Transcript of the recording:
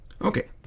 Okay